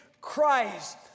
Christ